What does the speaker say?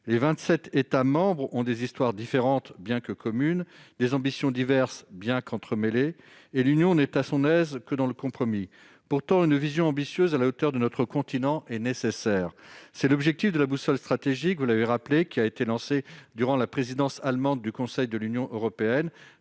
États membres ont des histoires différentes, bien qu'elles soient communes, des ambitions diverses, bien qu'elles soient entremêlées, et l'Union n'est à son aise que dans le compromis. Pourtant, une vision ambitieuse à la hauteur de notre continent est nécessaire. C'est l'objectif, vous l'avez rappelé, de la boussole stratégique qui a été lancée durant la présidence allemande du Conseil de l'Union européenne.